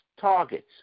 targets